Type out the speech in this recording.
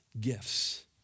gifts